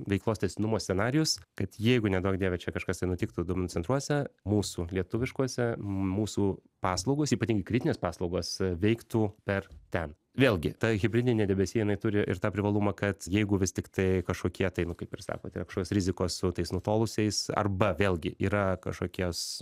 veiklos tęstinumo scenarijus kad jeigu neduok dieve čia kažkas tai nutiktų duomenų centruose mūsų lietuviškuose mūsų paslaugos ypatingai kritinės paslaugos veiktų per ten vėlgi ta hibridinė debesija jinai turi ir tą privalumą kad jeigu vis tik tai kažkokie tai nu kaip ir sakote kad rizikos su tais nutolusiais arba vėlgi yra kažkokiems